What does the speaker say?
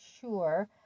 sure